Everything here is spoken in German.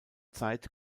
zeit